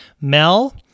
Mel